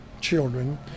children